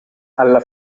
alla